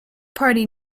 party